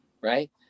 right